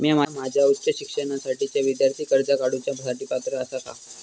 म्या माझ्या उच्च शिक्षणासाठीच्या विद्यार्थी कर्जा काडुच्या साठी पात्र आसा का?